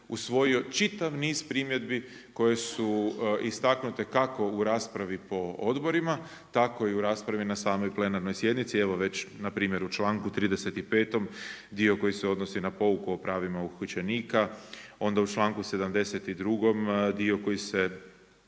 usvojio čitav niz primjedbi koje su istaknute kako u raspravi po odborima, tako i u raspravi na samoj plenarnoj sjednici. Evo već na primjer u članku 35. dio koji se odnosi na pouku o pravima uhićenika, onda u članku 72. dio koji se